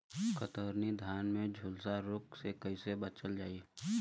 कतरनी धान में झुलसा रोग से कइसे बचल जाई?